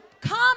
come